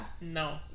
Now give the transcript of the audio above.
no